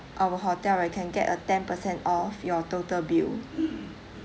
our hotel right can get a ten percent off your total bill